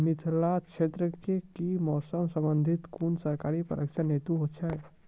मिथिला क्षेत्रक कि मौसम से संबंधित कुनू सरकारी प्रशिक्षण हेतु छै?